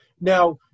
Now